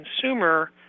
consumer